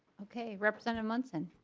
okay. representative munson